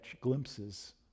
glimpses